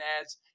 ads